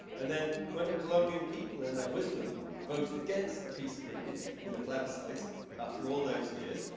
and then when the colombian people in their wisdom voted against the peace agreement in a plebiscite after all those years,